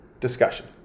discussion